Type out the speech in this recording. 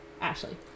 Ashley